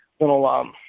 little